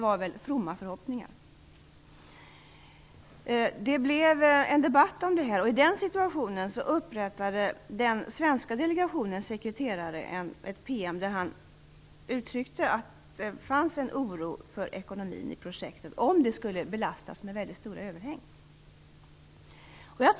Det var väl fromma förhoppningar. Det blev en debatt om detta och i den situationen upprättade den svenska delegationens sekreterare ett PM där han uttryckte att det fanns en oro för ekonomin i projektet om det skulle belastas med väldigt stora överhäng.